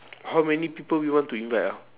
how many people we want to invite ah